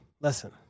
listen